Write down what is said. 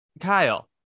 kyle